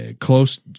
close